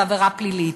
בעבירה פלילית,